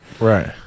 right